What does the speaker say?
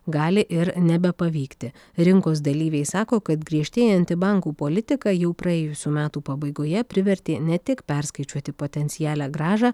gali ir nebepavykti rinkos dalyviai sako kad griežtėjanti bankų politika jau praėjusių metų pabaigoje privertė ne tik perskaičiuoti potencialią grąžą